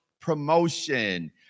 promotion